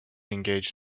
engaged